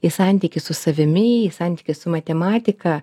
į santykį su savimi santykį su matematika